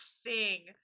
sing